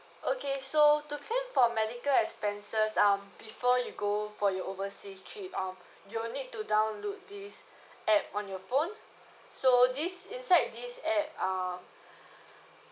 okay so to claim for medical expenses um before you go for your overseas trip um you'll need to download this app on your phone so this inside this app um